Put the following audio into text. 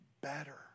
better